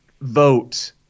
vote